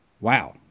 Wow